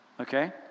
okay